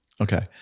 Okay